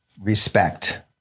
respect